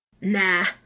Nah